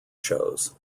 shows